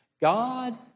God